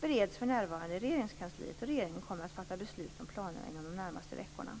bereds för närvarande i Regeringskansliet, och regeringen kommer att fatta beslut om planerna inom de närmaste veckorna.